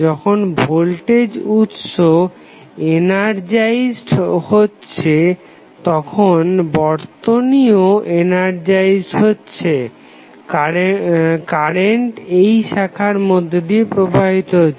যখন ভোল্টেজ উৎস এনারজাইড হচ্ছে তখন বর্তনীও এনারজাইড হচ্ছে কারেন্ট এই শাখার মধ্যে দিয়ে প্রবাহিত হচ্ছে